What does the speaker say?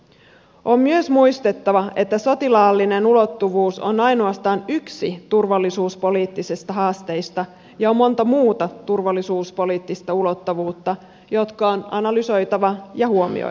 on myös muistettava että sotilaallinen ulottuvuus on ainoastaan yksi turvallisuuspoliittisista haasteista ja on monta muuta turvallisuuspoliittista ulottuvuutta jotka on analysoitava ja huomioitava